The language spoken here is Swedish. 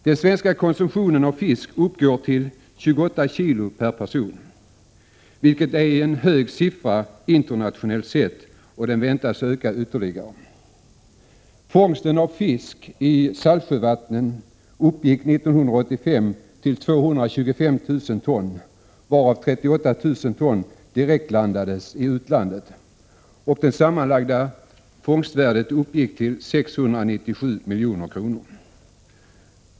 Den svenska konsumtionen av fisk uppgår till 28 kilo per person och år, vilket är en hög siffra internationellt sett, och den väntas öka ytterligare. Fångsten av fisk i saltsjövattnen uppgick 1985 till 225 000 ton, varav 38 000 ton direktlandades i utlandet, och det sammanlagda fångstvärdet uppgick till 697 milj.kr.